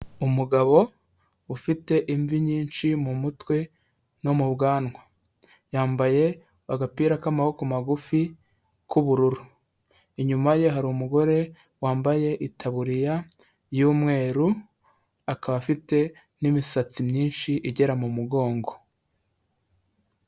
Umugabo ufite imvi nyinshi mu mutwe no mu bwanwa. Yambaye agapira k'amaboko magufi k'ubururu. Inyuma ye hari umugore wambaye itaburiya y'umweru, akaba afite n'imisatsi myinshi igera mu mugongo.